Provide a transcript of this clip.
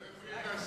הם לא יכולים לעסוק,